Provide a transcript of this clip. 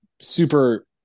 super